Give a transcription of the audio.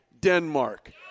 Denmark